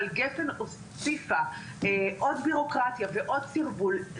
גפ"ן הוסיפה עוד ביורוקרטיה ועוד סרבול.